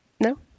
No